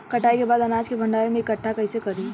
कटाई के बाद अनाज के भंडारण में इकठ्ठा कइसे करी?